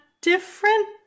different